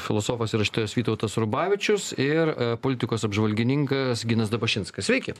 filosofas ir rašytojas vytautas rubavičius ir politikos apžvalgininkas ginas dabašinskas sveiki